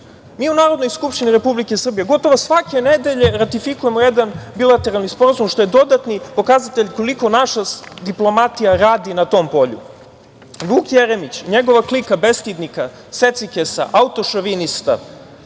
u Narodnoj skupštini Republike Srbije gotovo svake nedelje ratifikujemo jedan bilateralni sporazum, što je dodatni pokazatelj koliko naša diplomatija radi na tom polju. Vuk Jeremić, njegova klika bestidnika, secikesa, autošovinista,